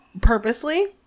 purposely